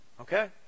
okay